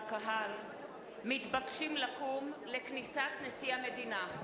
והקהל מתבקשים לקום לכניסת נשיא המדינה.